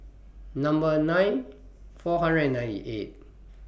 Number nine four hundred and ninety eight